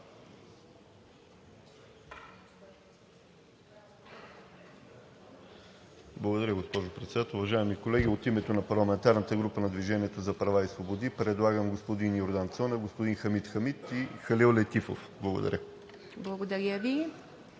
Благодаря, госпожо Председател. Уважаеми колеги, от името на парламентарната група на „Движение за права и свободи“ предлагам господин Йордан Цонев; господин Хамид Хамид и Халил Летифов. Благодаря. ПРЕДСЕДАТЕЛ